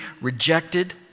rejected